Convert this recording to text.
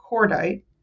cordite